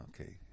Okay